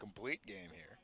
complete game here